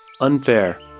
Unfair